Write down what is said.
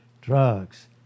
drugs